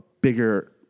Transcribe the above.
bigger